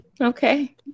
Okay